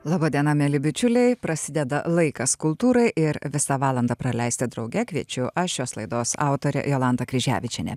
laba diena mieli bičiuliai prasideda laikas kultūrai ir visą valandą praleisti drauge kviečiu aš šios laidos autorė jolanta kryževičienė